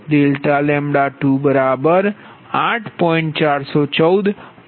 364મળે છે